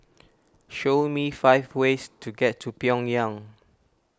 show me five ways to get to Pyongyang